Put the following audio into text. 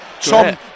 Tom